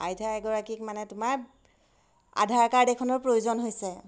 আইতা এগৰাকীক মানে তোমাৰ আধাৰ কাৰ্ড এখনৰ প্ৰয়োজন হৈছে